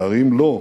שהרי אם לאו,